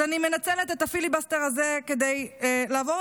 אז אני מנצלת את הפיליבסטר הזה כדי לעבור